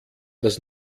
das